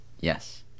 yes